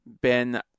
ben